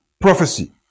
prophecy